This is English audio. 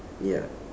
ya